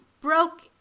broke